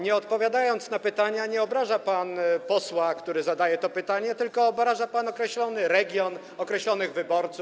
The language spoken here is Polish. Nie odpowiadając na pytanie, nie obraża pan posła, który zadaje to pytanie, tylko obraża pan określony region, określonych wyborców.